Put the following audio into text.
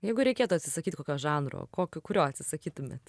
jeigu reikėtų atsisakyt kokio žanro kokio kurio atsisakytumėt